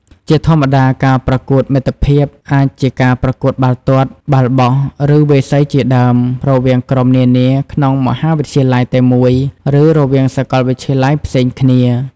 ជាធម្មតា ការប្រកួតមិត្តភាពអាចជាការប្រកួតបាល់ទាត់ បាល់បោះ ឬវាយសីជាដើម រវាងក្រុមនានាក្នុងមហាវិទ្យាល័យតែមួយ ឬរវាងសាកលវិទ្យាល័យផ្សេងគ្នា។